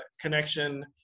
connection